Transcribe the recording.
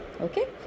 okay